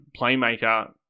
playmaker